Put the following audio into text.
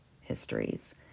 histories